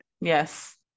yes